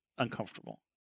Uncomfortable